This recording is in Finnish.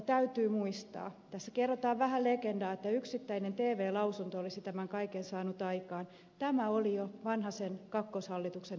täytyy muistaa tässä kerrotaan vähän legendaa että yksittäinen tv lausunto olisi tämän kaiken saanut aikaan että tämä oli jo vanhasen kakkoshallituksen hallitusohjelmassa